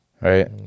right